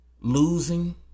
Losing